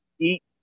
eat